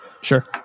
Sure